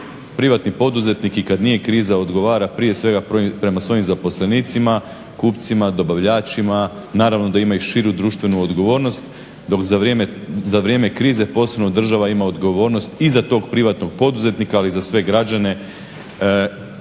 Privatni poduzetnik i kad nije kriza odgovara prije svega prema svojim zaposlenicima, kupcima, dobavljačima, naravno da ima i širu društvenu odgovornost dok za vrijeme krize posebno država ima odgovornost i za tog privatnog poduzetnika, ali i za sve građane